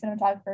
cinematographer